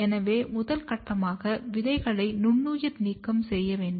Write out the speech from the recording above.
எனவே முதல் கட்டமாக விதைகளை நுண்ணுயிர் நீக்கம் செய்கிறோம்